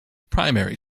primary